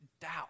doubt